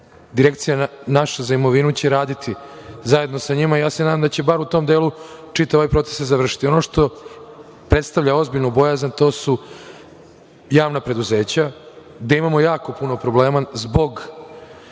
direkcije za imovinu će raditi zajedno sa njima i nadam se da će bar u tom delu čitav ovaj proces se završiti. Ono što predstavlja ozbiljnu bojazan to su javna preduzeća, gde imamo jako puno problema zbog